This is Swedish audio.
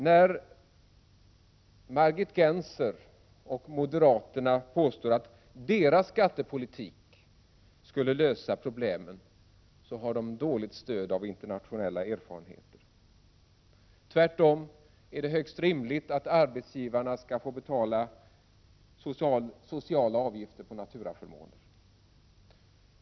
När Margit Gennser och moderaterna påstår att deras skattepolitik skulle lösa problemen, så har de dåligt stöd i internationella erfarenheter. Tvärtom är det högst rimligt att arbetsgivarna skall få betala sociala avgifter på naturaförmåner.